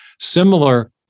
similar